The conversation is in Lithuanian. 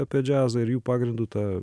apie džiazą ir jų pagrindu tą